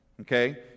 Okay